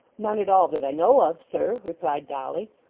none at all that i know of sir replied dolly.